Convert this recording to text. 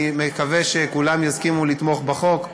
אני מקווה שכולם יסכימו לתמוך בחוק.